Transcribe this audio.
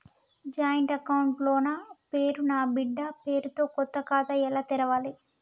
Joint account లో నా పేరు నా బిడ్డే పేరు తో కొత్త ఖాతా ఎలా తెరవాలి?